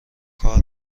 کار